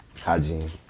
hygiene